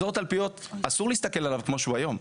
אזור תלפיות אסור להסתכל עליו כמו שהוא היום,